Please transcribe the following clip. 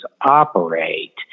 operate